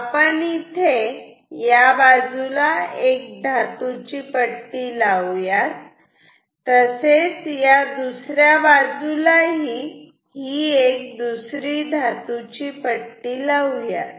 आपण इथे या बाजूला एक धातूची पट्टी लावूयात तसेच या दुसऱ्या बाजूला ही दुसरी एक धातूची पट्टी लावूयात